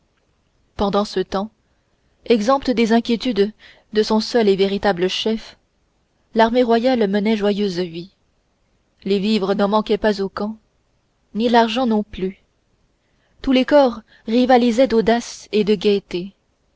pendant ce temps exempte des inquiétudes de son seul et véritable chef l'armée royale menait joyeuse vie les vivres ne manquaient pas au camp ni l'argent non plus tous les corps rivalisaient d'audace et de gaieté